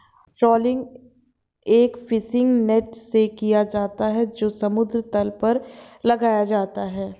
trawling एक fishing net से किया जाता है जो समुद्र तल पर लगाया जाता है